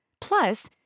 Plus